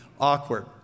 awkward